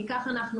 כי כך אנחנו